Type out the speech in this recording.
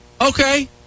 okay